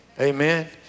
Amen